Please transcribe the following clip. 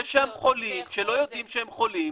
-- יש שם חולים שלא יודעים שהם חולים